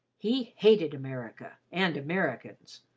he hated america and americans,